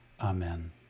Amen